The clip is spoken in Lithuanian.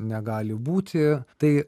negali būti tai